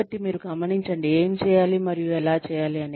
కాబట్టి మీరు గమనించండి ఏమి చేయాలి మరియు ఎలా చేయాలి